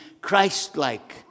Christ-like